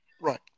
Right